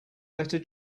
letter